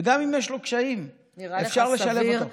וגם אם יש לו קשיים, אפשר לשלב אותו.